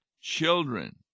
children